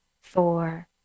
four